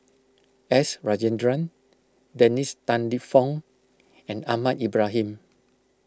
S Rajendran Dennis Tan Lip Fong and Ahmad Ibrahim